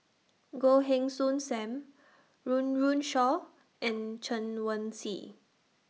Goh Heng Soon SAM Run Run Shaw and Chen Wen Hsi